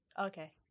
Okay